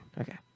okay